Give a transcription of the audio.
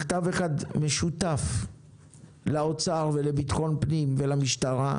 מכתב אחד משותף לאוצר, לביטחון פנים ולמשטרה,